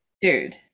Dude